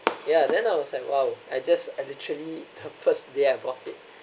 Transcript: ya then I was like !wow! I just and literally the first day I bought it